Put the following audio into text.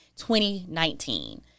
2019